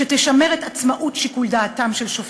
שתשמר את עצמאות שיקול דעתם של שופטיה.